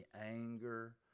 anger